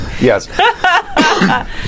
Yes